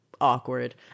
awkward